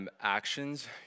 actions